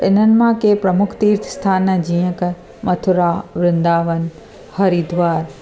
इन्हनि मां के प्रमुख तीर्थ स्थान आहे जीअं त मथुरा वृन्दावन हरिद्वार